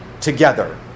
together